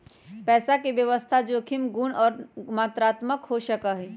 पैसा के व्यवस्था जोखिम गुण और मात्रात्मक हो सका हई